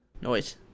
Noise